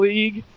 League